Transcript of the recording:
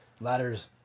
Ladders